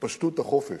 והתפשטות החופש,